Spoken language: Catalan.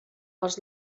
els